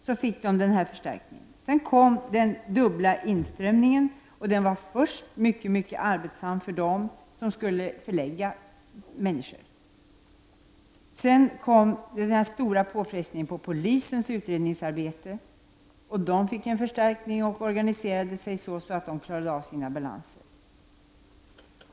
Så fick vi fördubblingen av inströmningen. Det blev då mycket arbetsamt i första hand för dem som hade att klara förläggningen. Därefter kom den stora påfrestningen på polisens utredningsarbete. Polisen fick en förstärkning och organiserade sitt arbete så, att man klarade av sina balanser.